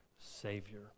Savior